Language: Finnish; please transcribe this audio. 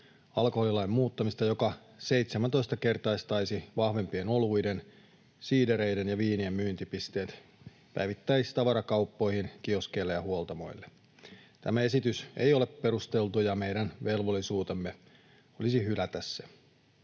alkoholilain muuttamisesta, joka 17-kertaistaisi vahvempien oluiden, siidereiden ja viinien myyntipisteet päivittäistavarakauppoihin, kioskeille ja huoltamoille. Tämä esitys ei ole perusteltu, ja meidän velvollisuutemme olisi hylätä se.